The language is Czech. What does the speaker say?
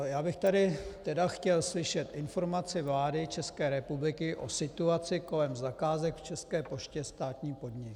Já bych tu tedy chtěl slyšet informaci vlády České republiky o situaci kolem zakázek v České poště, státní podnik.